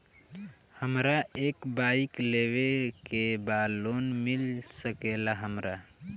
हमरा एक बाइक लेवे के बा लोन मिल सकेला हमरा?